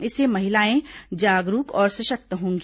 इससे महिलाएं जागरूक और सशक्त होंगी